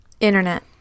internet